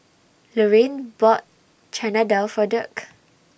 Laraine bought Chana Dal For Dirk